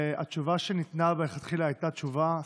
והתשובה שניתנה מלכתחילה הייתה תשובה,